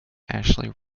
ashley